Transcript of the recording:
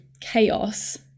chaos